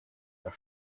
das